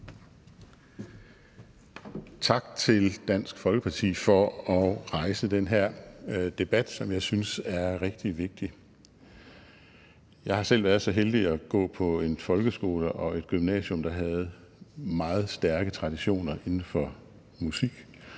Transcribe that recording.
Tak til Dansk Folkeparti for at rejse den her debat, som jeg synes er rigtig vigtig. Jeg har selv været så heldig at gå på en folkeskole og et gymnasium, der havde meget stærke traditioner inden for musik.